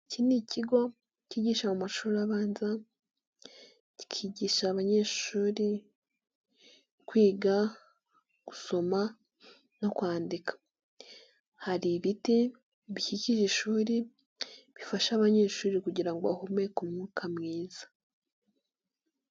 Iki ni ikigo cy'amashuri abanza kikigisha abanyeshuri kwiga gusoma no kwandika. Hari ibiti bikikije ishuri, bifasha abanyeshuri kugira ngo bahumeke umwuka mwiza.